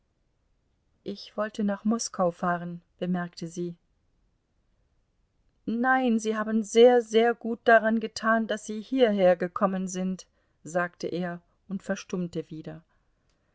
ich wollte nach moskau fahren bemerkte sie nein sie haben sehr sehr gut daran getan daß sie hierhergekommen sind sagte er und verstummte wieder